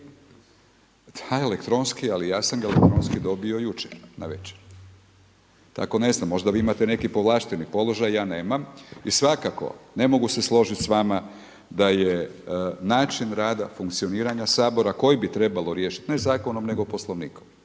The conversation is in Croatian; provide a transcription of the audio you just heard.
Da elektronski, ali ja sam ga elektronski dobio jučer navečer. Tako ne znam, možda vi imate neki povlašteni položaj, ja nemam. I svakako ne mogu se složiti s vama da je način rada funkcioniranja Sabora koji bi trebalo riješiti ne zakonom nego Poslovnikom.